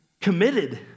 committed